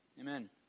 Amen